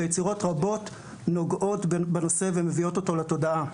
ויצירות רבות נוגעות בנושא ומביאות אותו לתודעה.